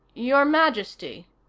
your majesty,